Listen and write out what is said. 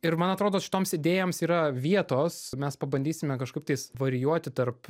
ir man atrodo šitoms idėjoms yra vietos mes pabandysime kažkaip tais varijuoti tarp